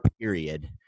period